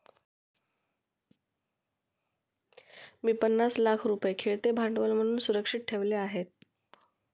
मी पन्नास लाख रुपये खेळते भांडवल म्हणून सुरक्षित ठेवले आहेत